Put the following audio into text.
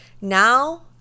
Now